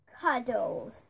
cuddles